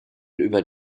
über